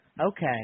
Okay